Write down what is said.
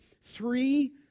three